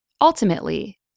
Ultimately